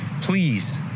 Please